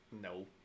No